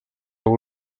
w’u